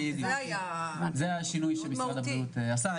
זה היה השינוי שמשרד הבריאות עשה.